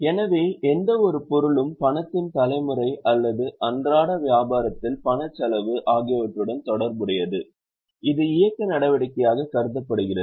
எனவே எந்தவொரு பொருளும் பணத்தின் தலைமுறை அல்லது அன்றாட வியாபாரத்தில் பணச் செலவு ஆகியவற்றுடன் தொடர்புடையது இது இயக்க நடவடிக்கையாகக் கருதப்படுகிறது